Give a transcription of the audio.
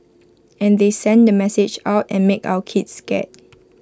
and they send the message out and make our kids scared